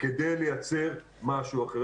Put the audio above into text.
כדי לייצר משהו אחר.